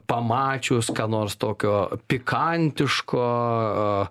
pamačius ką nors tokio pikantiško